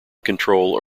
control